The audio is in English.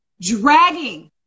dragging